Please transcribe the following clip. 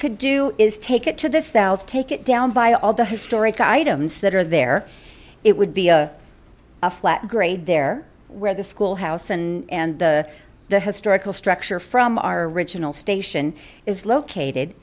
could do is take it to the south take it down by all the historic items that are there it would be a flat grade there where the school house and the the historical structure from our original station is located